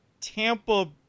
Tampa